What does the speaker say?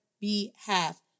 behalf